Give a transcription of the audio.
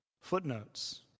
footnotes